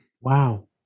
Wow